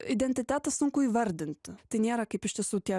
identitetą sunku įvardinti tai nėra kaip iš tiesų tie